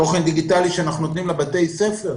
תוכן דיגיטלי שאנחנו נותנים לבתי הספר,